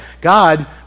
God